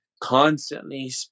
constantly